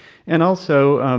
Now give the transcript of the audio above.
and also,